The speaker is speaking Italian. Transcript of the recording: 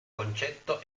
concetto